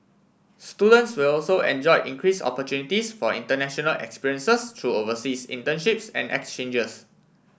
students will also enjoy increase opportunities for international experiences through overseas internships and exchanges